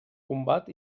combat